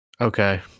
okay